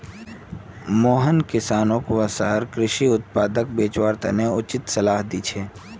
मोहन किसानोंक वसार कृषि उत्पादक बेचवार तने उचित सलाह दी छे